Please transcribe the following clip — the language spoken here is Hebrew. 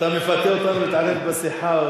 אתה מפתה אותנו להתערב בשיחה,